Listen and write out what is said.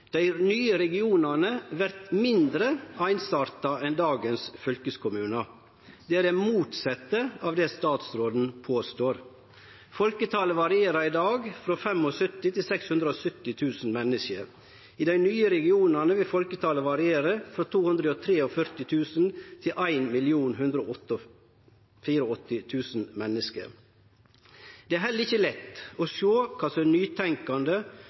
Dei nye regionane vert mindre einsarta enn dagens fylkeskommunar. Det er det motsette av det statsråden påstår. Folketalet varierer i dag frå 75 000 til 670 000 menneske. I dei nye regionane vil folketalet variere frå 243 000 til 1 184 000 menneske. Det er heller ikkje lett å sjå kva som er